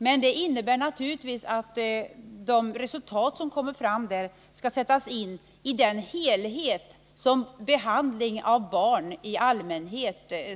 Men det innebär naturligtvis att de resultat som man kommer fram till i kommittén skall sättas in i den helhet som gäller behandling av barn i allmänhet.